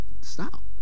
stop